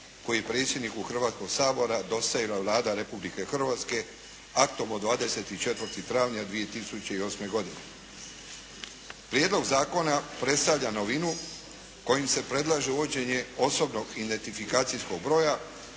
koji je predsjedniku Hrvatskoga sabora dostavila Vlada Republike Hrvatske aktom od 24. travnja 2008. godine. Prijedlog zakona predstavlja novinu kojim se predlaže uvođenje osobnog identifikacijskog broja